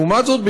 לעומת זאת,